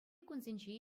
кунсенче